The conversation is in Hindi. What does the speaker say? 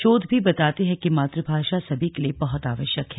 शोध भी बताते हैं कि मातुभाषा सभी के लिए बहुत आवश्यक है